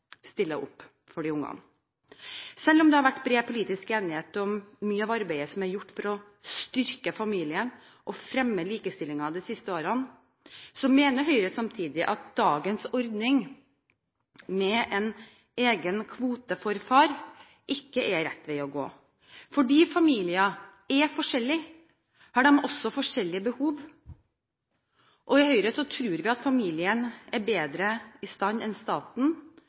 stille opp for ungene. Selv om det har vært bred politisk enighet om mye av arbeidet som er gjort for å styrke familien og fremme likestillingen de siste årene, mener Høyre at dagens ordning med en egen kvote for far ikke er rett vei å gå. Fordi familier er forskjellige, har de også forskjellige behov. I Høyre tror vi at familien er bedre i stand enn staten